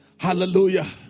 Hallelujah